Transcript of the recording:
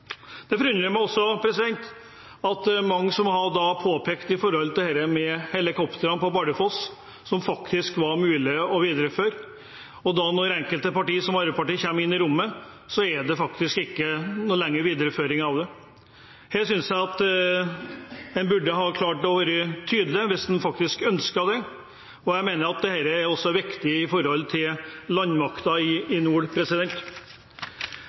påpekt, dette med helikoptrene på Bardufoss, som det faktisk var mulig å videreføre – og når enkelte partier, som Arbeiderpartiet, kommer inn i rommet, så videreføres det faktisk ikke. Her synes jeg at en burde ha klart å være tydelig, hvis en faktisk ønsket det, og jeg mener at dette også er viktig med hensyn til landmakten i nord.